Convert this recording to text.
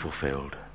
fulfilled